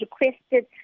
requested